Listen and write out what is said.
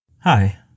Hi